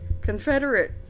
confederate